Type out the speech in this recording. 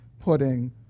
putting